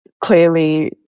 clearly